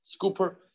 scooper